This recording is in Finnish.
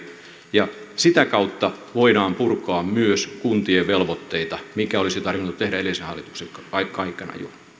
ja sitä kautta voidaan purkaa myös kuntien velvoitteita mikä olisi tarvinnut tehdä jo edellisen hallituksen aikana aikana